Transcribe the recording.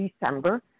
December